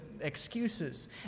excuses